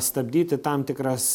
stabdyti tam tikras